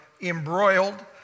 embroiled